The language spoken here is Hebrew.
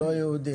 יהודים.